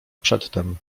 przedtem